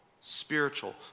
spiritual